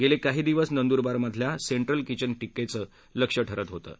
गेली काही दिवस नंदुरबार मधील सेंट्रल किचन टिकेचे लक्ष ठरत होतं